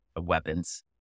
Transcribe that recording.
weapons